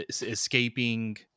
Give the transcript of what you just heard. escaping